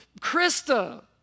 Krista